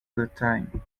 bretagne